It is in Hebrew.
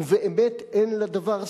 ובאמת אין לדבר סוף.